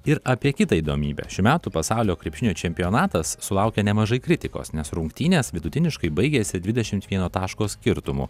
ir apie kitą įdomybę šių metų pasaulio krepšinio čempionatas sulaukė nemažai kritikos nes rungtynės vidutiniškai baigėsi dvidešimt vieno taško skirtumu